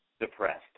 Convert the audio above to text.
depressed